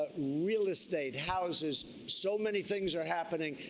real estate, houses, so many things are happening.